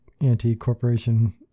anti-corporation